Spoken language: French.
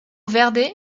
verde